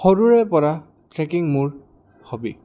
সৰুৰে পৰা ট্ৰেকিং মোৰ হবি